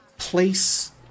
place